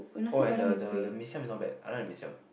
oh and the the the mee-siam is not bad I like the mee-siam